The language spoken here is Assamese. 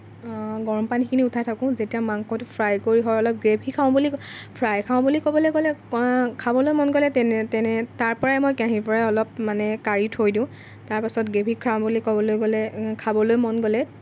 গৰম পানীখিনি উঠাই থাকোঁ যেতিয়া মাংসটো ফ্ৰাই কৰি হয় অলপ গ্ৰেভী খাওঁ বুলি ক'লে ফ্ৰাই খাওঁ বুলি ক'বলৈ গ'লে খাবলৈ মন গ'লে তেনে তেনে তাৰপৰাই মই কাঁহীৰ পৰাই অলপ মানে কাঢ়ি থৈ দিওঁ তাৰ পাছত গ্ৰেভী খাওঁ বুলি ক'বলৈ গ'লে খাবলৈ মন গ'লে